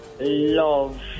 love